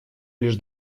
лишь